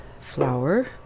flour